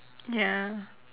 ya